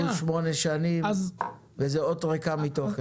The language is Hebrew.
ועברו שמונה שנים וזה אות ריקה מתוכן.